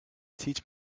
teach